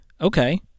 Okay